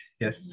Yes